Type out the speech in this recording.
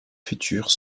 futures